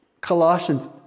Colossians